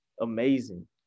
amazing